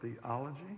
theology